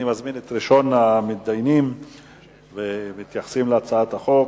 אני מזמין את ראשון המתדיינים והמתייחסים להצעת החוק,